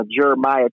Jeremiah